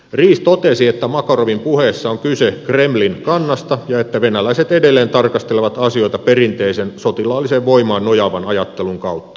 ries totesi että makarovin puheessa on kyse kremlin kannasta ja että venäläiset edelleen tarkastelevat asioita perinteisen sotilaalliseen voimaan nojaavan ajattelun kautta